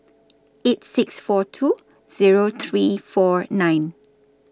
eight six four two Zero three four nine